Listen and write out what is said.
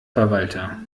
verwalter